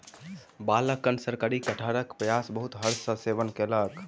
बालकगण शफरी कटहरक पायस बहुत हर्ष सॅ सेवन कयलक